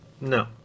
No